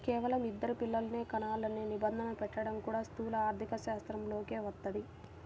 కేవలం ఇద్దరు పిల్లలనే కనాలనే నిబంధన పెట్టడం కూడా స్థూల ఆర్థికశాస్త్రంలోకే వస్తది